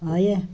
آیا